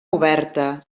oberta